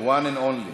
The one and only.